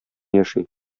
яши